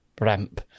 ramp